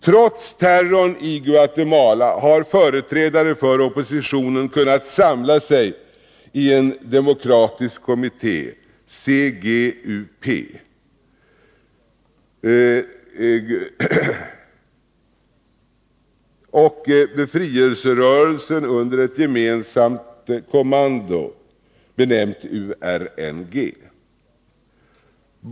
Trots terrorn i Guatemala har företrädare för oppositionen kunna samla sig i en demokratisk kommitté, CGUP, och befrielserörelsen under ett gemensamt kommando, URNG.